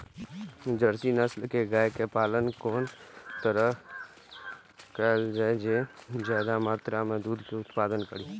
Jersey नस्ल के गाय के पालन कोन तरह कायल जाय जे ज्यादा मात्रा में दूध के उत्पादन करी?